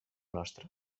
nostra